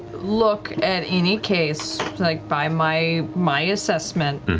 look at any case, like by my my assessment,